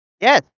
Yes